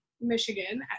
Michigan